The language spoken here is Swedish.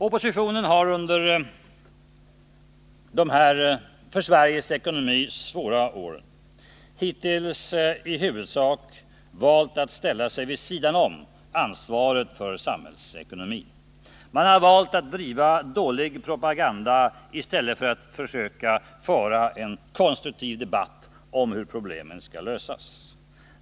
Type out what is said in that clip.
Oppositionen har under de här för Sveriges ekonomi svåra åren hittills i huvudsak valt att ställa sig vid sidan om ansvaret för samhällsekonomin. Man har valt att driva dålig propaganda i stället för att försöka föra en konstruktiv debatt om hur problemen skall lösas.